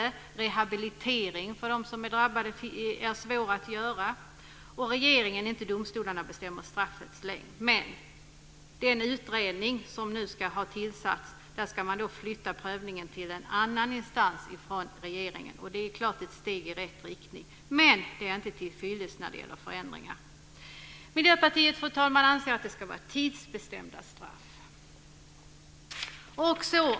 Det är svårt att genomföra rehabilitering för dem som är drabbade. Regeringen, och inte domstolarna, bestämmer strafftidens längd. I den utredning som nu ska ha tillsatts ska man flytta prövningen till en annan instans från regeringen, och det är helt klart ett steg i rätt riktning. Men det är inte tillfyllest när det gäller förändringar. Miljöpartiet anser, fru talman, att vi ska ha tidsbestämda straff.